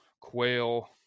quail